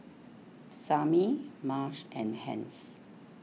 Samie Marsh and Hence